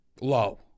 Low